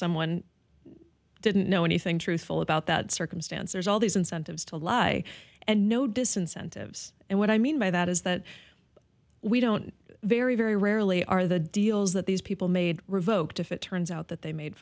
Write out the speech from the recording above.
someone didn't know anything truthful about that circumstance there's all these incentives to lie and no disincentives and what i mean by that that is we don't very very rarely are the deals that these people made revoked if it turns out that they made